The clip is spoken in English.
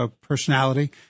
personality